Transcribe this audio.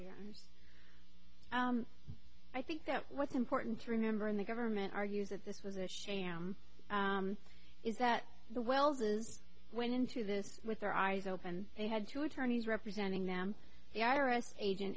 vital i think that what's important to remember and the government argues that this was a sham is that the wells's went into this with their eyes open they had two attorneys representing them the i r s agent